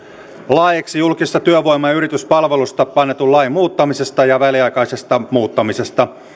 laeiksi julkisesta työvoima ja yrityspalvelusta annetun lain muuttamisesta ja väliaikaisesta muuttamisesta